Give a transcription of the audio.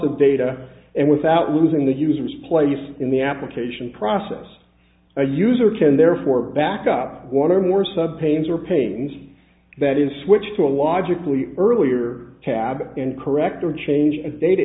of data and without losing the user's place in the application process a user can therefore back up water more sub pains or pains that is switched to a logically earlier tab and correct or change a data